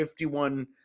51